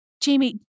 Jamie